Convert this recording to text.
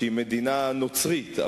שהיא מדינה נוצרית,